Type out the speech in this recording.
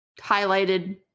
highlighted